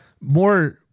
more